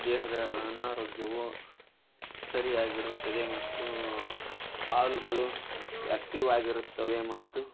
ದೇಹದ ಅನಾರೋಗ್ಯವು ಸರಿಯಾಗಿರುತ್ತದೆ ಮತ್ತು ಕಾಲುಗಳು ಆ್ಯಕ್ಟಿವ್ ಆಗಿರುತ್ತವೆ ಮತ್ತು